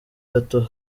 gato